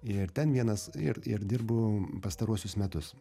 ir ten vienas ir ir dirbu pastaruosius metus